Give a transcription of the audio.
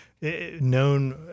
known